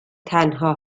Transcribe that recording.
تنها